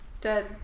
Dead